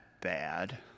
bad